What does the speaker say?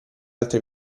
altre